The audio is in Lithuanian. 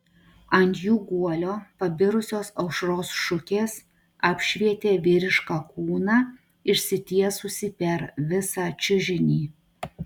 ant jų guolio pabirusios aušros šukės apšvietė vyrišką kūną išsitiesusį per visą čiužinį